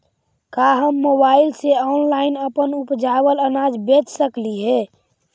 का हम मोबाईल से ऑनलाइन अपन उपजावल अनाज बेच सकली हे?